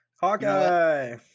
Hawkeye